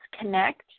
connect